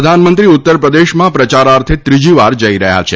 પ્રધાનમંત્રી ઉત્તર પ્રદેશમાં પ્રયારાર્થે ત્રીજીવાર જઈ રહ્યા છે